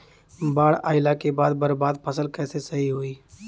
बाढ़ आइला के बाद बर्बाद फसल कैसे सही होयी?